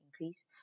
increase